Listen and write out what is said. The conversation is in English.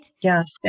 Yes